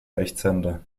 rechtshänder